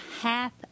half